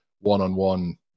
one-on-one